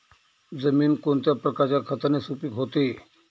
जमीन कोणत्या प्रकारच्या खताने सुपिक होते?